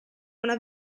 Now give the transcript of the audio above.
una